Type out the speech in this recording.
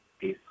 Peace